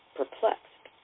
perplexed